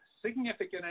significant